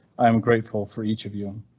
i am grateful for each of you.